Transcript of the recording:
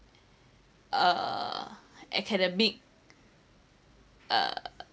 uh academic uh